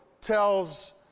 tells